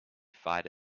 fight